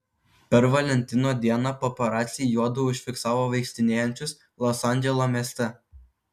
per valentino dieną paparaciai juodu užfiksavo vaikštinėjančius los andželo mieste